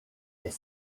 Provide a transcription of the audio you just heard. est